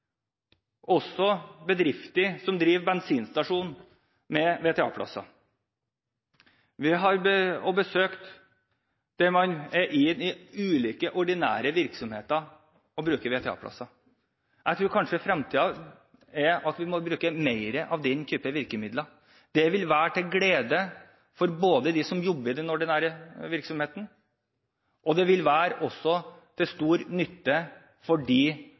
også vært og besøkt bedrifter som driver bensinstasjon med VTA-plasser, og jeg har besøkt steder der man bruker VTA-plasser i ulike ordinære virksomheter. Jeg tror kanskje fremtiden er at vi må bruke mer av den type virkemidler. Det vil være til glede for dem som jobber i den ordinære virksomheten, og det vil også være til stor nytte for